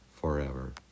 forever